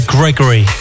Gregory